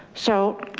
so